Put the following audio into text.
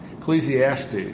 Ecclesiastes